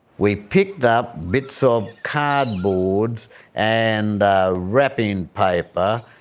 we picked up bits of cardboard and wrapping paper.